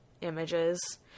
images